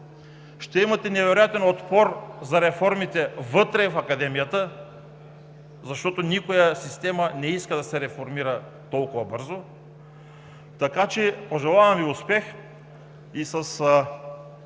ще имате невероятен отпор за реформите вътре в Академията, защото никоя система не иска да се реформира толкова бързо, така че Ви пожелавам успех!